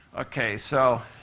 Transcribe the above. okay, so